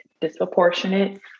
disproportionate